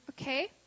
okay